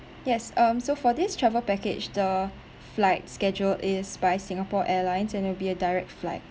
yes um so for this travel package the flight schedule is by Singapore Airlines and it will be a direct flight